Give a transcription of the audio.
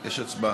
יש הצבעה.